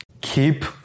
keep